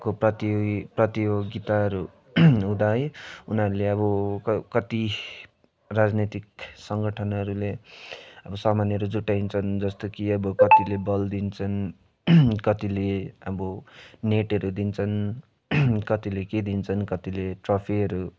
को प्रतियोगी प्रतियोगिताहरू हुँदा है उनीहरूले अब कति राजनैतिक सङ्गठनहरूले सामानहरू जुटाइदिन्छन् जस्तो कि अब कतिले बल दिन्छन् कतिले अब नेटहरू दिन्छन् कतिले के दिन्छन् कतिले ट्रफिहरू